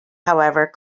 however